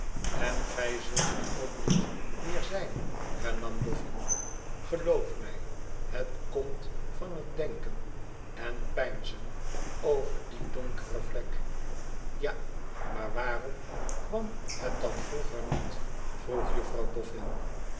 n gij zult het ook niet weer zijn hernam boffin t geloof mij het komt van het denken en peinzen over die donkere vlek ja maar waarom kwam het dan vroeger niet vroeg jufirouw